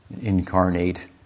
incarnate